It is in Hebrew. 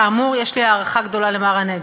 כאמור, יש לי הערכה גדולה למר הנגבי.